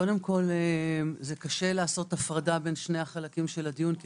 קשה לעשות הפרדה בין שני חלקי הדיון כי